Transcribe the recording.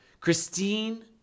Christine